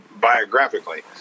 biographically